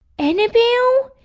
annabelle?